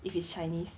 if it's chinese